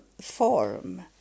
form